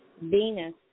Venus